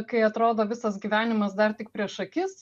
kai atrodo visas gyvenimas dar tik prieš akis